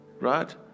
right